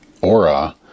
aura